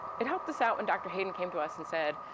it helped us out when doctor hayden came to us and said,